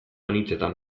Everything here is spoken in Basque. anitzetan